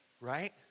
right